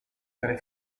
tre